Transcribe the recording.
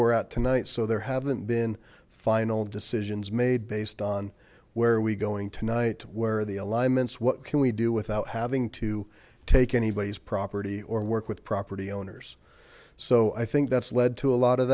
we're at tonight so there haven't been final decisions made based on where are we going tonight where the alignments what can we do without having to take anybody's property or work with property owners so i think that's led to a lot of